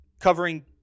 covering